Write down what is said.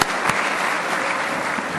(מחיאות כפיים)